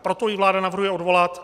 Proto ji vláda navrhuje odvolat.